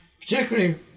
particularly